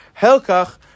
Helkach